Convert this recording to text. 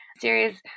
series